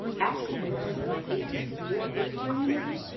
after when i was in my eighteenth year of vegetarianism,